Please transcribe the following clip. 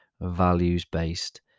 values-based